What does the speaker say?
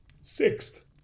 Sixth